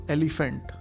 Elephant